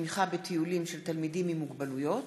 בתמיכה בטיולים של תלמידים עם מוגבלויות.